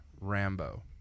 Rambo